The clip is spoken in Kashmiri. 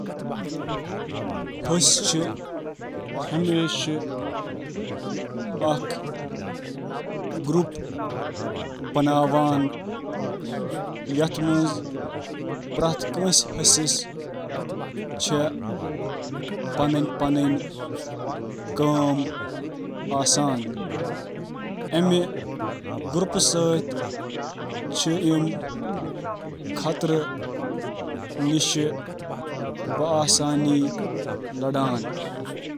ہسہٕ چِھ پننین نوجوانن ہنٛز حفاظت تہٕ پرورش خاطرٕ قریبی خاندٲنی گروپ بناوان، تہٕ شونگنہٕ خاطرٕ خوراک، آب تہٕ محفوظ جایہٕ تلاش کرنہٕ خاطرٕ: تحفظ، سمأجی مدد خوراک، حفاظت۔